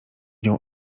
nią